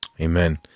Amen